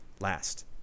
last